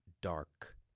dark